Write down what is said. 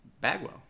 Bagwell